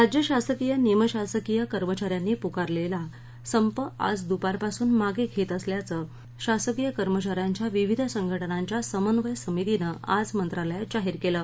राज्य शासकीय निमशासकीय कर्मचाऱ्यांनी पुकारलघ्ती संप आज दुपारपासून मागविक्तअसल्याचश्रीसकीय कर्मचाऱ्यांच्या विविध संघटनांच्या समन्वय समितीनञ्ञिज मंत्रालयात जाहीर कल्लि